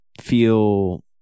feel